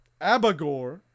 Abagor